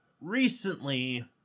recently